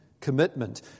commitment